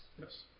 Yes